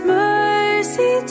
mercy